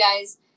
guys